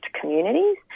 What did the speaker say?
communities